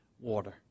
water